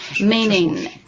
meaning